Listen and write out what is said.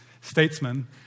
statesman